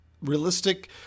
realistic